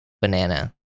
banana